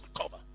cover